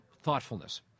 thoughtfulness